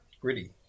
gritty